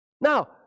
Now